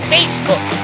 Facebook